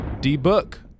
D-Book